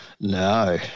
No